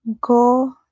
Go